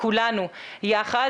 כולנו יחד.